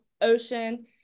Ocean